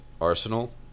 Arsenal